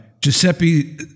Giuseppe